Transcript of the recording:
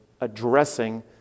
addressing